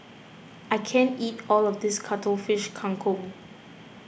I can't eat all of this Cuttlefish Kang Kong